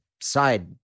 side